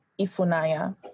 ifunaya